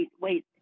wait